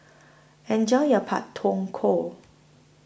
Enjoy your Pak Thong Ko